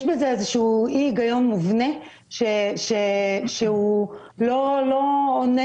יש בזה איזשהו אי הגיון מובנה שלא עולה